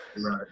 right